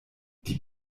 die